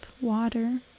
water